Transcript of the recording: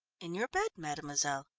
in your bed, mademoiselle.